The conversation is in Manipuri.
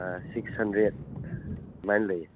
ꯁꯤꯛꯁ ꯍꯟꯗ꯭ꯔꯦꯗ ꯑꯗꯨꯃꯥꯏ ꯂꯩꯌꯦ